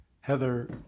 Heather